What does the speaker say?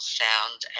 sound